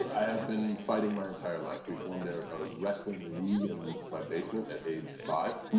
i have been fighting my entire life. we formed a ah wrestling league in my basement at age five. and